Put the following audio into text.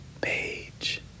Page